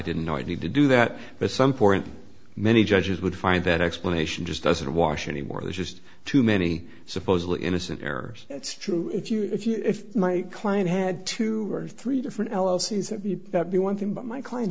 didn't know i need to do that but some point many judges would find that explanation just doesn't wash anymore there's just too many supposedly innocent errors it's true if you if you if my client had two or three different elsie's it be one thing but my client